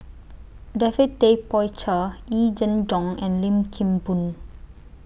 David Tay Poey Cher Yee Jenn Jong and Lim Kim Boon